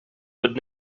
would